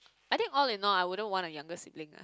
I think all in all I wouldn't want a younger sibling ah